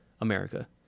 America